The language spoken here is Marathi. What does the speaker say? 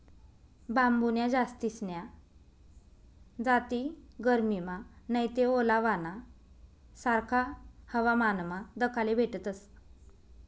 बांबून्या जास्तीन्या जाती गरमीमा नैते ओलावाना सारखा हवामानमा दखाले भेटतस